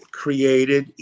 created